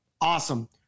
Awesome